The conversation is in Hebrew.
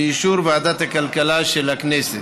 באישור ועדת הכלכלה של הכנסת.